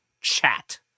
chat